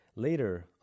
Later